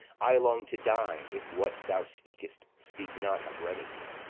i long to die if what thou speak'st speak not of remedy.